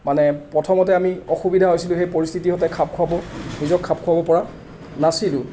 মানে প্ৰথমতে আমি অসুবিধা হৈছিলোঁ সেই পৰিস্থিতি সৈতে খাপ খোৱাব নিজক খাপ খোৱাব পৰা নাছিলোঁ